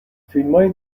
فیلمای